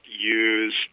use